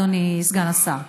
אדוני סגן השר.